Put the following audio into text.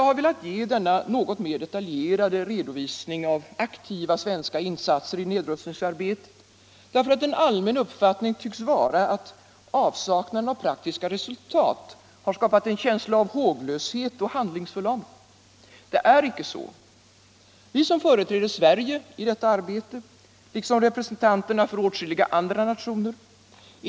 Jag har velat ge denna något mer detaljerade redovisning av aktiva svenska insatser i nedrustningsarbetet. därför att en allmän uppfattning tycks vara att avsaknaden av praktiska resultat skapat en känsla av håglöshet och handlingsförlamning. Det är icke så. Vi som företräder Sverige i detta arbete, liksom representanterna för åtskilliga andra nationer.